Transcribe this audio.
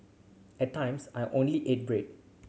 at times I only ate bread